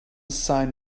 sign